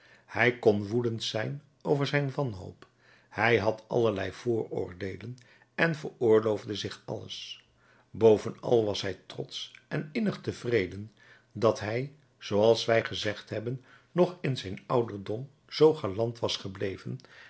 hij kon woedend zijn over zijn wanhoop hij had allerlei vooroordeelen en veroorloofde zich alles bovenal was hij trotsch en innig tevreden dat hij zooals wij gezegd hebben nog in zijn ouderdom zoo galant was gebleven